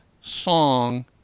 song